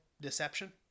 deception